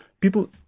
people